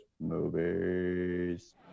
Movies